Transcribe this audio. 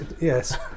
yes